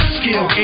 skill